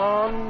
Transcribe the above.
on